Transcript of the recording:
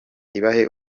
ibahe